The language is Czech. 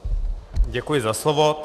Děkuji za slovo.